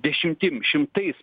dešimtim šimtais